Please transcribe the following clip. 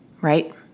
Right